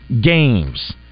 games